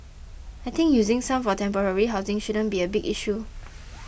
I think using some for temporary housing shouldn't be a big issue